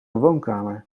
woonkamer